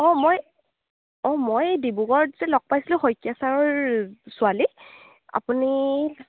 অঁ মই অঁ মই ডিব্ৰুগড়ত যে লগ পাইছিলোঁ শইকীয়া ছাৰৰ ছোৱালী আপুনি